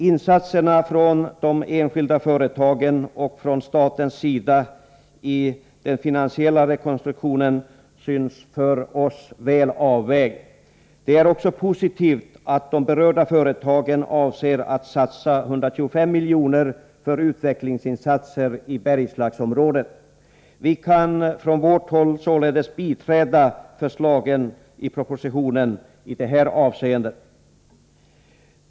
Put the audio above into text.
Insatserna från de enskilda företagen och från statens sida i den finansiella rekonstruktionen synes oss väl avvägd. Det är också positivt att de berörda företagen avser att satsa 125 milj.kr. för utvecklingsinsatser i Bergslagsområdet. Vi kan från vårt håll således biträda förslagen i propositionen i detta avseende.